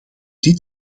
dit